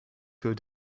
für